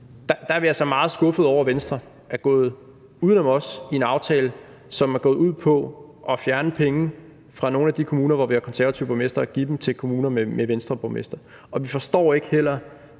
er vi altså meget skuffede over, at Venstre er gået uden om os i en aftale, som er gået ud på at fjerne penge fra nogle af de kommuner, hvor vi har konservative borgmestre, og give dem til kommuner med Venstreborgmestre, og vi forstår heller